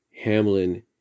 Hamlin